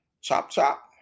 chop-chop